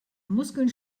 muskeln